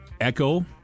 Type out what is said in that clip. Echo